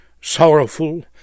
sorrowful